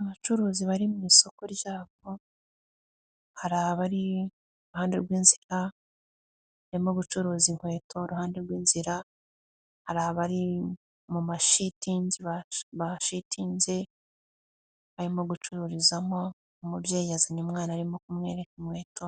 Abacuruzi bari mu isoko ryabo, hari abari iruhande rw'inzira barimo gucuruza inkweto iruhande rw'inzira, hari abari mu mashitingi bashitinze barimo gucururizamo, umubyeyi yazanye umwana arimo kumwereka inkweto,